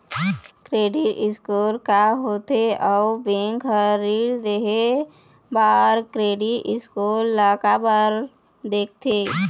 Credit score का होथे अउ बैंक हर ऋण देहे बार क्रेडिट स्कोर ला काबर देखते?